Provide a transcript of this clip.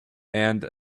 and